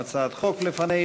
גם הצעת חוק לפנינו.